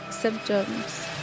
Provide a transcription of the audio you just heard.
symptoms